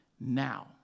Now